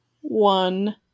one